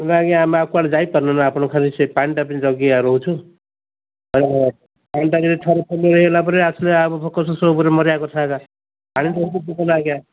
ନାଇ ଆଜ୍ଞା ଆମେ ଆଉ କୁଆଡ଼େ ଯାଇପାରୁନୁ ନା ଆପଣ ଖାଲି ସେ ପାଣିଟା ବି ଜଗିକି ରହୁଛୁ ପାଣିଟା ଯଦି ଥରେ ଫେଲ ହୋଇଗଲା ପରେ ଆସିଲେ ଆମ ଭୋକ ଶୋଷ ସବୁ ଉପରେ ମରିିବା କଥା ହୋ ପାଣିଟା ନା ଆଜ୍ଞା